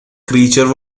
creature